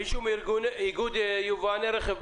איגוד יבואני רכב.